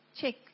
check